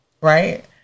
Right